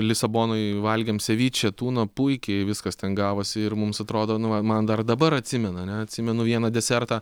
lisabonoj valgėm seviči tuno puikiai viskas ten gavosi ir mums atrodo nu va man dar dabar atsimena ane atsimenu vieną desertą